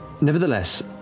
Nevertheless